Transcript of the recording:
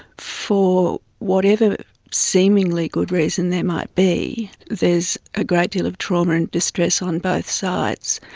for whatever seemingly good reason there might be, there's a great deal of trauma and distress on both sides.